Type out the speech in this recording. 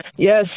Yes